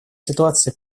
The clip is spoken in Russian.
ситуации